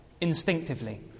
instinctively